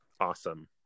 Awesome